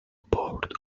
board